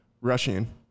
rushing